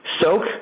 soak